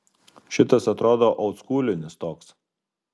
šitas atrodo oldskūlinis toks